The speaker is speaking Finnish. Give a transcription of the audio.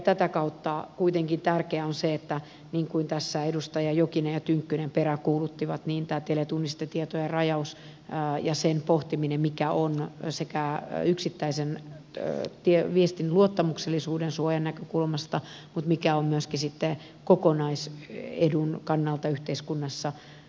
tätä kautta kuitenkin tärkeää on niin kuin tässä edustajat jokinen ja tynkkynen peräänkuuluttivat tämä teletunnistetietojen rajaus ja sen pohtiminen mikä on yksittäisen viestin luottamuksellisuuden suojan näkökulmasta mutta myöskin sitten kokonaisedun kannalta yhteiskunnassa sitä tavoiteltavaa